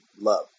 love